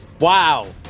Wow